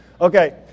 Okay